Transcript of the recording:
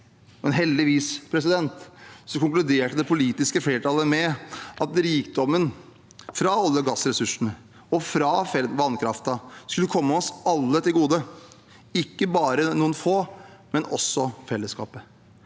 men heldigvis konkluderte det politiske flertallet med at rikdommen fra olje- og gassressursene, og fra vannkraften, skulle komme oss alle til gode – ikke bare noen få, men også fellesskapet.